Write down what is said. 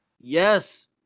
Yes